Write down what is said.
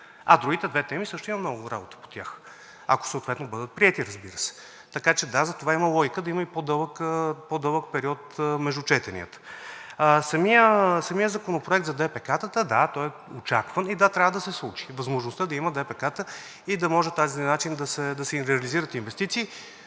по другите две теми също има много работа, ако съответно бъдат приети, разбира се. Така че, да, затова има логика да има и по-дълъг период между четенията. Самият законопроект за ДПК-тата е очакван и трябва да се случи – възможността да има ДПК-та и да може по този начин да се реализират инвестиции.